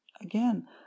Again